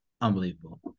unbelievable